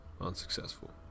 unsuccessful